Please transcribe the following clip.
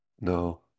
No